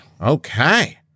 Okay